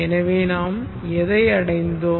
எனவே நாம் எதை அடைந்தோம்